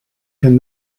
can